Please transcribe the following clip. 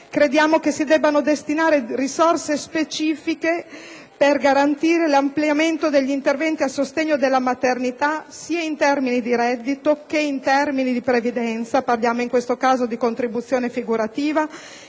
crediamo si debbano destinare risorse specifiche per garantire l'ampliamento degli interventi a sostegno della maternità, sia in termini di reddito che di previdenza (parliamo in questo caso di contribuzione figurativa),